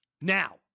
Now